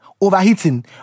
overheating